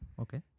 okay